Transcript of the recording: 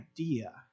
idea